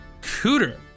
Cooter